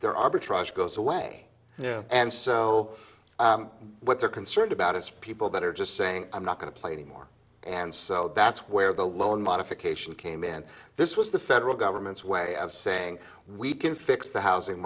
arbitrage goes away and so what they're concerned about is people that are just saying i'm not going to play anymore and so that's where the loan modification came in this was the federal government's way of saying we can fix the housing